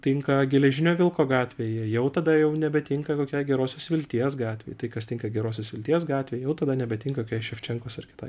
tinka tinka geležinio vilko gatvėje jau tada jau nebetinka kokiai gerosios vilties gatvei tai kas tinka gerosios vilties gatvei jau tada nebetinka kokioj ševčenkos ar kitai